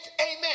Amen